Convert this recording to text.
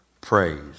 praise